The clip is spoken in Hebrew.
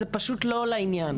זה פשוט לא לעניין.